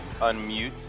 unmute